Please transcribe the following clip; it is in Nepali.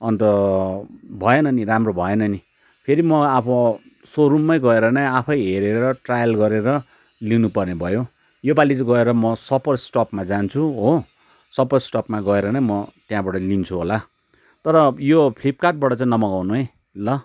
अन्त भएन नि राम्रो भएन नि फेरि म अब सोरुममै गएर नै आफै हेरेर ट्रायल गरेर लिनु पर्ने भयो योपालि चाहिँ गएर म सपर स्टपमा जान्छु हो सपर स्टपमा गएर म त्यहाँबाट लिन्छु होला तर यो फ्लिपकार्टबाड चाहिँ नमगाउनु है ल